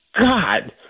God